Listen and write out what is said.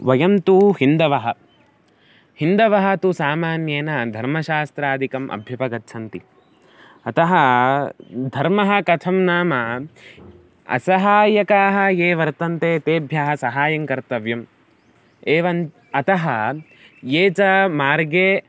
वयं तु हिन्दवः हिन्दवः तु सामान्येन धर्मशास्त्रादिकम् अभ्यपगच्छन्ति अतः धर्मः कथं नाम असहायकाः ये वर्तन्ते तेभ्यः सहायं कर्तव्यम् एव अतः ये च मार्गे